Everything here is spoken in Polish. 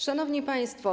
Szanowni Państwo!